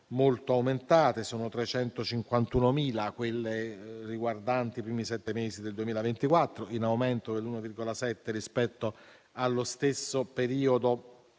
molto aumentate: 351.000 sono quelle riguardanti i primi sette mesi del 2024, in aumento dell'1,7 per cento rispetto allo stesso periodo